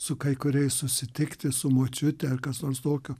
su kai kuriais susitikti su močiute ar kas nors tokio